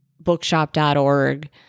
bookshop.org